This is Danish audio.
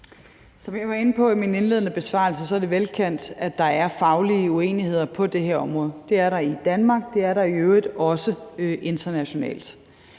Som jeg var inde på i min indledende besvarelse, er det velkendt, at der er faglige uenigheder på det her område. Det er der i Danmark, og det er der i øvrigt også internationalt.